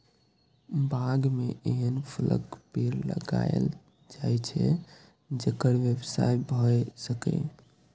बाग मे एहन फलक पेड़ लगाएल जाए छै, जेकर व्यवसाय भए सकय